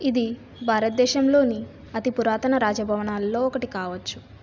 ఇది భారతదేశంలోని అతిపురాతన రాజభవనాలలో ఒకటి కావచ్చు